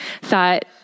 thought